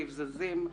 נבזזים,